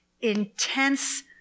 intense